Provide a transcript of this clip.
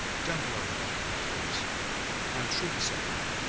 don't worry about me, please. i am truly safe now.